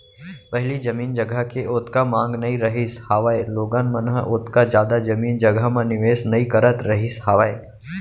पहिली जमीन जघा के ओतका मांग नइ रहिस हावय लोगन मन ह ओतका जादा जमीन जघा म निवेस नइ करत रहिस हावय